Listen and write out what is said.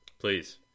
Please